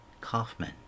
Kaufman